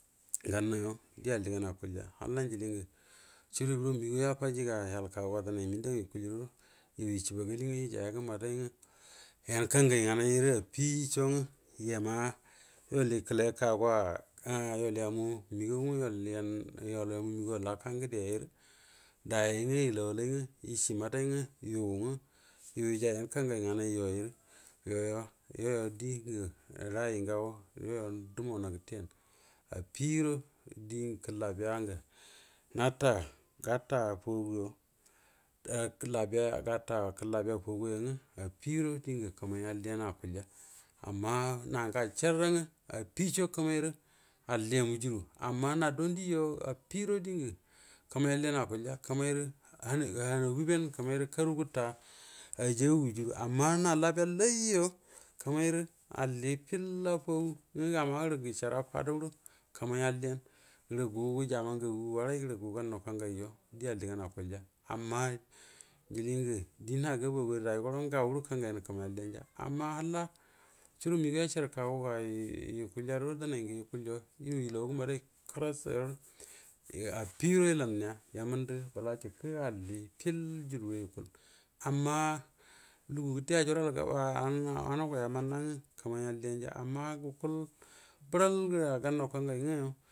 Ganyo di alligana akulya halla njilingə churu migo yafajiga al kaguga dənai minda ngə yukul yado yu ishifagali nga ijayagə mudai nga yau kangai nganairə affisho nga iwra yol ikəle kagu a yol yamu migan nga yol yan yol yamu ungauwa laka ngədeyi rə dayeyi nga yilawal nga ishi mbədai yu nga ya ija yan kangai nai yu wai rə yonye yo dingə ra ayi ng auwa yoyo dumuwan gəteri affido dikəllabiya ngə gata faguyo gata kəll abiya foga yanga offido dingə kama alliyan akkulya amma na nga char nga affisho kamairə alliyamu juru awwo na dondi yo affido dingo kamai alliyana akulya kanairə han nagiuben kamairə karu kuta ajagəga jura amma na labiyallaijo kamairə allifill a fogu nga gamarə gashara fadando kamai alliyan ngu gugə jama ngguwa warairə gu gunnau kangai jo di alligan akulya amma ajilingə di wal gaboguwairə daido gawu nga kangayan kamai alliyanja chiwu migau yachar kaguga yukulya rədo dənai ngə yukalyo yu yalawagə mbədai kərassyi affido ilanneya yamundə bəlajikə allifi jurude yukul amma lugu gəte anaga’a munna nga alliyanja amma gukul bəral ga gannan kangai nga.